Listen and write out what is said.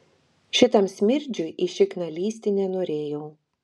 šitam smirdžiui į šikną lįsti nenorėjau